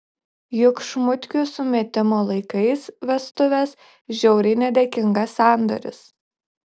juk šmutkių sumetimo laikais vestuvės žiauriai nedėkingas sandoris